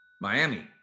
Miami